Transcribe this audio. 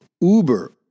uber